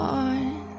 on